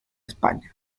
españa